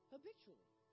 Habitually